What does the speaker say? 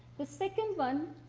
the second one,